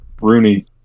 Rooney